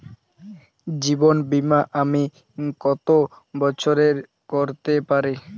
জীবন বীমা আমি কতো বছরের করতে পারি?